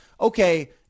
okay